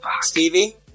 Stevie